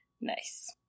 Nice